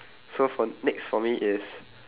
so for next for me is